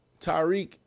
Tyreek